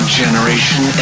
generation